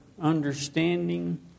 understanding